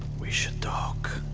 we should talk.